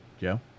Joe